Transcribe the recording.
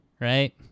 right